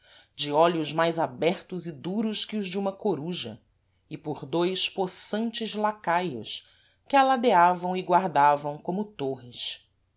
de olhos mais abertos e duros que os de uma coruja e por dois possantes lacaios que a ladeavam e guardavam como tôrres